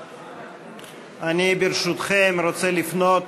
אני, ברשותכם, רוצה לפנות